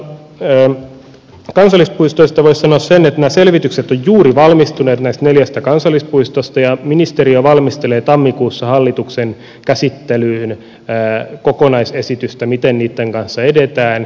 sitten kansallispuistoista voisi sanoa sen että nämä selvitykset ovat juuri valmistuneet näistä neljästä kansallispuistosta ja ministeriö valmistelee tammikuussa hallituksen käsittelyyn kokonaisesitystä siitä miten niitten kanssa edetään